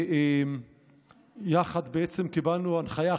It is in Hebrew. ובעצם קיבלנו הנחיה,